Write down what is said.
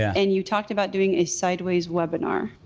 and you talked about doing a sideways webinar?